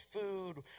food